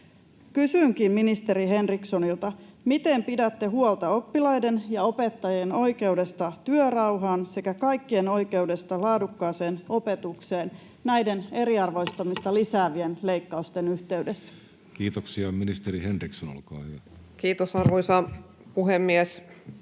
Kysynkin ministeri Henrikssonilta: miten pidätte huolta oppilaiden ja opettajien oikeudesta työrauhaan sekä kaikkien oikeudesta laadukkaaseen opetukseen näiden eriarvoistumista lisäävien leikkausten yhteydessä? [Speech 78] Speaker: Jussi Halla-aho Party: N/A Role: